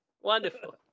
Wonderful